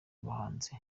umuhanzi